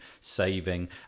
saving